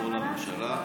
כשנחזור לממשלה,